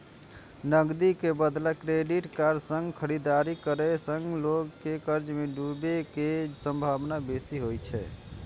नकदी के बदला क्रेडिट कार्ड सं खरीदारी करै सं लोग के कर्ज मे डूबै के संभावना बेसी होइ छै